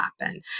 happen